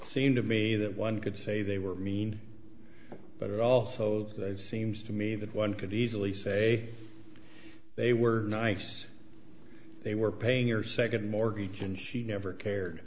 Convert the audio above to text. seems to me that one could say they were mean but it also seems to me that one could easily say they were nice they were paying your second mortgage and she never cared